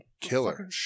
killer